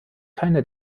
keine